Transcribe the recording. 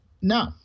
no